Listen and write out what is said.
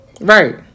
Right